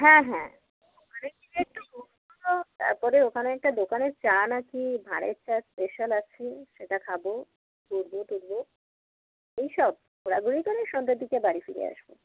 হ্যাঁ হ্যাঁ ওখানে গিয়ে একটু তারপরে ওখানে একটা দোকানের চা নাকি ভাঁড়ের চা স্পেশাল আছে সেটা খাব ঘুরব টুরব এইসব ঘোরাঘুরি করে এই সন্ধ্যের দিকে বাড়ি ফিরে আসব